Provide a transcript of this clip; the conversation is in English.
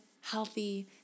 healthy